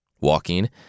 walking